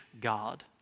God